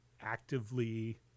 actively